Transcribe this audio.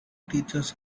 teachers